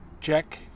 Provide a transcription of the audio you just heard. check